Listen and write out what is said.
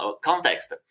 context